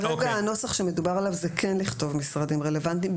כרגע הנוסח שמדובר עליו זה כן לכתוב משרדים רלוונטיים,